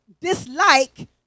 dislike